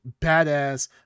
badass